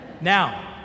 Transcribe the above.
Now